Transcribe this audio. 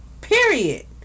Period